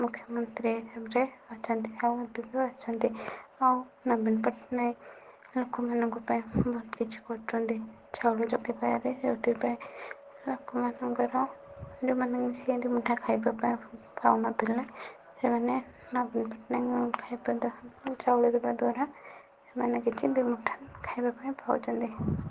ମୁଖ୍ୟମନ୍ତ୍ରୀ ଭାବରେ ଅଛନ୍ତି ଆଉ ଏବେ ବି ଅଛନ୍ତି ଆଉ ନବୀନ ପଟ୍ଟନାୟକ ଲୋକ ମାନଙ୍କ ପାଇଁ ବହୁତ କିଛି କରିଛନ୍ତି ଲୋକମାନଙ୍କର ଯଉମାନେ ଦୁଇ ତିନି ମୁଠା ଖାଇବା ପାଉନଥିଲେ ସେମାନେ ନବୀନ ପଟ୍ଟନାୟକ ଚାଉଳ ଦ୍ୱାରା ସେମାନେ କିଛି ଦୁଇ ମୁଠା ଖାଇବା ପାଇଁ ପାଉଛନ୍ତି